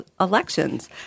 elections